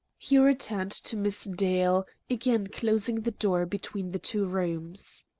he returned to miss dale, again closing the door between the two rooms.